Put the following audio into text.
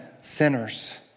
sinners